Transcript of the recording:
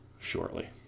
shortly